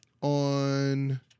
on